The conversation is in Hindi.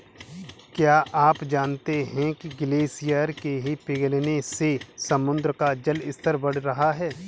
क्या आप जानते है ग्लेशियर के पिघलने से समुद्र का जल स्तर बढ़ रहा है?